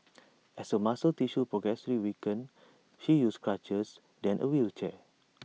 as her muscle tissue progressively weakened she used crutches then A wheelchair